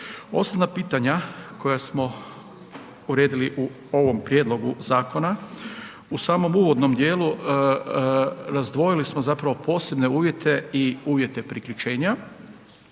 Osnovna pitanja koja smo uredili u ovom prijedlogu zakonu, u samom uvodnom dijelu razdvojili smo zapravo posebne uvjete i uvjete priključenja.